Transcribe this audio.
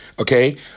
Okay